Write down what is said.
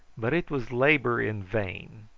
but it was labour in vain.